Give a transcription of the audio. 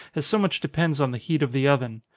as so much depends on the heat of the oven.